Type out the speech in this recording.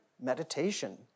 meditation